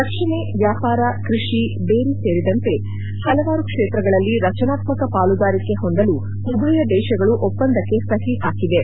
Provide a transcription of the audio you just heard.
ರಕ್ಷಣೆ ವ್ಲಾಪಾರ ಕೃಷಿ ಡೇರಿ ಸೇರಿದಂತೆ ಹಲವಾರು ಕ್ಷೇತ್ರಗಳಲ್ಲಿ ರಚನಾತ್ಪಕ ಪಾಲುದಾರಿಕೆ ಹೊಂದಲು ಉಭಯ ದೇಶಗಳು ಒಪ್ಪಂದಕ್ಕೆ ಸಹಿ ಹಾಕಿವೆ